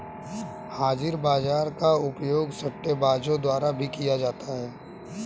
हाजिर बाजार का उपयोग सट्टेबाजों द्वारा भी किया जाता है